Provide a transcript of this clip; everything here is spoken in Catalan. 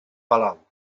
palau